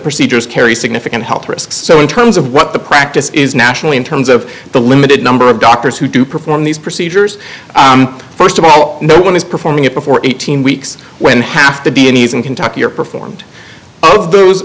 procedures carry significant health risks so in terms of what the practice is nationally in terms of the limited number of doctors who do perform these procedures st of all no one is performing it before eighteen weeks when half the d n a s in kentucky are performed